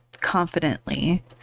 confidently